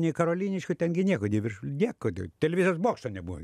nei karoliniškių ten gi nieko nei viršu nieko televizijos bokšto nebuvo